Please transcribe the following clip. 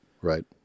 right